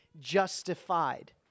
justified